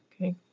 okay